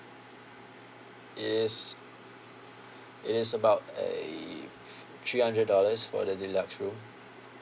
yes it is about err th~ three hundred dollars for the deluxe room